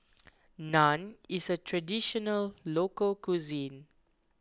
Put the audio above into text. Naan is a Traditional Local Cuisine